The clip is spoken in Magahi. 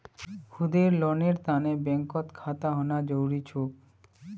खुदेर लोनेर तने बैंकत खाता होना जरूरी छोक